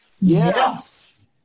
Yes